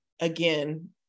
again